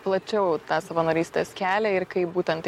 plačiau tą savanorystės kelią ir kaip būtent